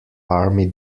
army